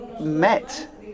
met